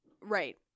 right